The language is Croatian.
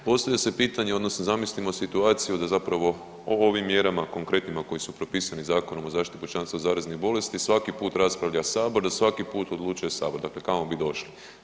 Postavlja se pitanje odnosno zamislimo situaciju da zapravo o ovim mjerama konkretnima koje su propisane Zakonom o zaštiti pučanstva od zaraznih bolesnih svaki put raspravlja sabor, da svaki put odlučuje sabor, dakle kamo bi došli.